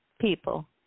People